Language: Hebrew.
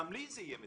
גם לי זה יהיה מצוין.